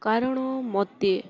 କାରଣ ମୋତେ